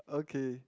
okay